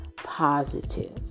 positive